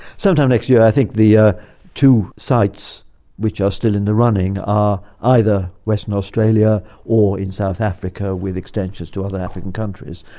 sometime next year. i think the ah two sites which are still in the running are either western australia or in south africa with extensions to other african countries,